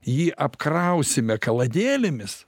jį apkrausime kaladėlėmis